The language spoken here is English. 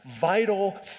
vital